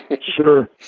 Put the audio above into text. Sure